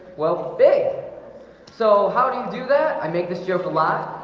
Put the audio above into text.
well big so how do you do that? i make this joke a lot